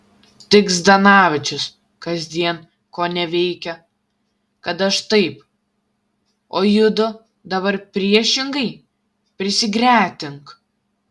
tik zdanavičius kasdien koneveikia kad aš taip o judu dabar priešingai prisigretink